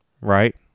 right